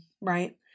right